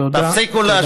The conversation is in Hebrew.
תודה רבה.